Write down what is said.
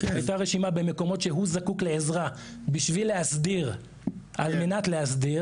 הייתה רשימה של מקומות בהם הוא זקוק לעזרה על מנת להסדיר,